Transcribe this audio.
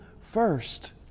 first